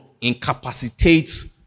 incapacitates